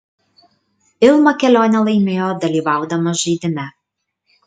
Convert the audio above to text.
ilma kelionę laimėjo dalyvaudama žaidime